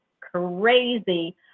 crazy